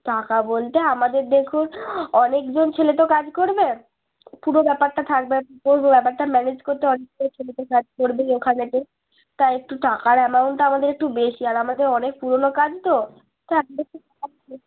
টাকা বলতে আমাদের দেখুন অনেকজন ছেলে তো কাজ করবে পুরো ব্যাপারটা থাকবে পুরো ব্যাপারটা ম্যানেজ করতে অনেকগুলো ছেলেদের কাজ পড়বেই ওখানেতে তা একটু টাকার অ্যামাউন্টটা আমাদের একটু বেশি আর আমাদের অনেক পুরনো কাজ তো